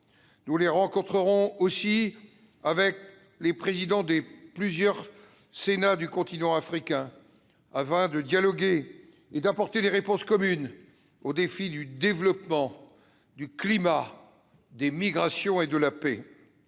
Nous rencontrerons à cette occasion les présidents de plusieurs Sénats du continent africain afin de dialoguer ensemble et d'apporter des réponses communes aux défis du développement, du climat, des migrations et de la paix.